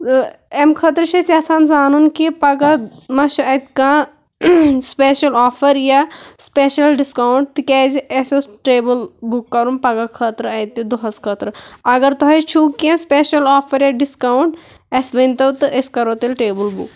اَمہِ خٲطرٕ چھِ أسۍ یژھان زانُن کہِ پگاہ ما چھِ اَتہِ کانٛہہ سٕپیشَل آفر یا سٕپیشَل ڈِسکاوُنٛٹ تِکیازِ اَسہِ اوس ٹیبٕل بُک کَرُن پگاہ خٲطرٕ اَتہِ دۄہس خٲطرٕ اگر تۄہہ چھُو کینٛہہ سٕپیشَل آفر یا ڈِسکاوُنٛٹ اَسہِ ؤنۍتو تہٕ أسۍ کَرو تیٚلہِ ٹیبٕل بُک